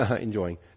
enjoying